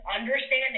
understanding